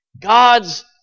God's